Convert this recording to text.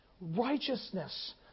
Righteousness